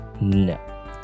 No